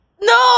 No